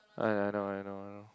I I know I know I know